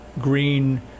green